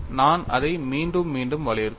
நான் அதை மீண்டும் மீண்டும் வலியுறுத்துகிறேன்